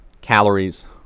calories